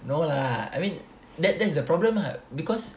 no lah I mean that that's the problem ah because